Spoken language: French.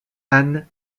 ann